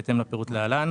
בהתאם לפירוט להלן: